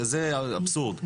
זה האבסורד.